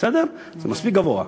זה מספיק גבוה,